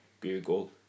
Google